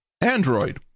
Android